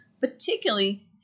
particularly